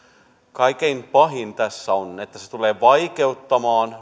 kaikkein pahinta tässä on että se tulee vaikeuttamaan